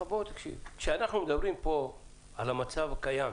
כשאנחנו מדברים פה על המצב הקיים,